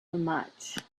much